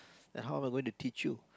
then how I'm going to teach you